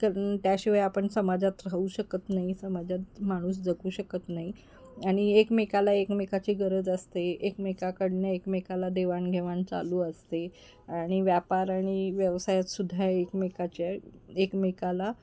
कारण त्याशिवाय आपण समाजात राहू शकत नाही समाजात माणूस जगू शकत नाई आणि एकमेकाला एकमेकाची गरज असते एकमेकाकडूनं एकमेकाला देवाणघेवाण चालू असते आणि व्यापार आणि व्यवसायात सुद्धा एकमेकाच्या एकमेकाला